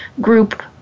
group